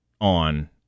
on